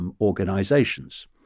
organizations